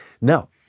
Now